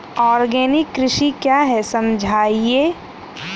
Organic कृषि क्या है समझाइए?